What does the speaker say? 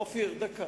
אופיר, דקה.